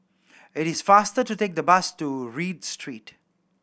it is faster to take the bus to Read Street